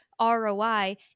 ROI